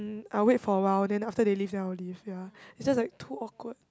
um I'll wait for awhile then after they leave then I'll leave ya is just like too awkward